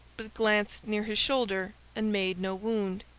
but glanced near his shoulder and made no wound.